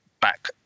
back